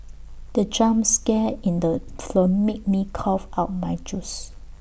the jump scare in the firm made me cough out my juice